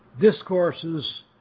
discourses